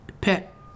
pet